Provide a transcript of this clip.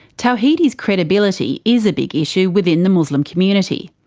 tawhidi's credibility is a big issue within the muslim community.